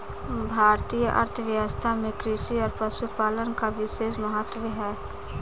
भारतीय अर्थव्यवस्था में कृषि और पशुपालन का विशेष महत्त्व है